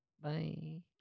Bye